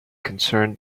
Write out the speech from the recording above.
concerned